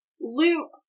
Luke